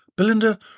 Belinda